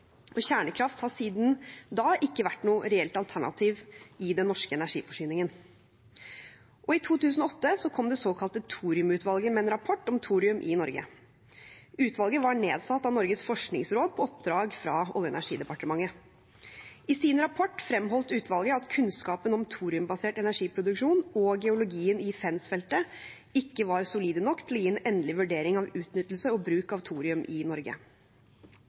og kjernekraft har siden da ikke vært noe reelt alternativ i den norske energiforsyningen. I 2008 kom det såkalte thoriumutvalget med en rapport om thorium i Norge. Utvalget var nedsatt av Norges forskningsråd på oppdrag fra Olje- og energidepartementet. I sin rapport fremholdt utvalget at kunnskapen om thoriumbasert energiproduksjon og geologien i Fensfeltet ikke var solide nok til gi en endelig vurdering av utnyttelse og bruk av thorium i Norge.